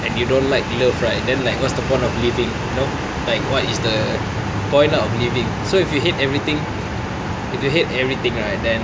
like you don't like love right then what's the point of living you know like what is the point of living so if you hate everything if you hate everything right then